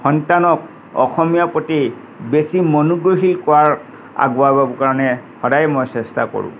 সন্তানক অসমীয়াৰ প্ৰতি বেছি মনোগ্ৰাহী কৰাৰ কাৰণে সদায় মই চেষ্টা কৰোঁ